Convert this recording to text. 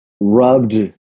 rubbed